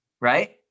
right